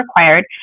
required